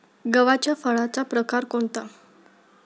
गव्हाच्या फळाचा प्रकार कोणता?